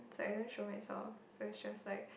is like I don't show myself so is just like